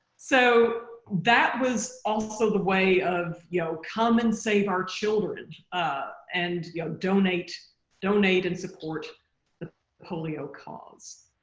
so that was also the way of you know come and save our children ah and you know donate donate and support polio cause.